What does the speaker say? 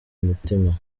umutima